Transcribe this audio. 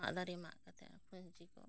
ᱢᱟᱜ ᱫᱟᱨᱮ ᱢᱟᱜ ᱠᱟᱛᱮ ᱟᱯᱮ ᱪᱤᱠᱩ ᱡᱚᱛᱚ